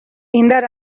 indar